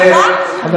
אותו הדבר.